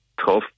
tough